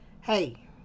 Hey